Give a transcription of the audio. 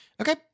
okay